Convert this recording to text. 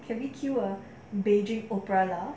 can we cure beijing opera lah